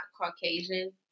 Caucasian